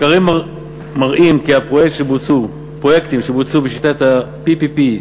מחקרים מראים כי פרויקטים שבוצעו בשיטת ה-PPP,